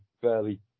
fairly